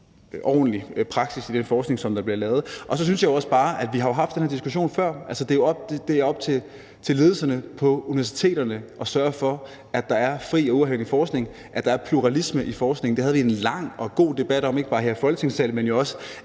ordentlig praksis i den forskning, der bliver lavet. Så synes jeg også bare, at vi har haft den her diskussion før. Det er op til ledelserne på universiteterne at sørge for, at der er fri og uafhængig forskning, at der er pluralisme i forskningen. Det havde vi en lang og god debat om ikke bare her i Folketingssalen, men jo også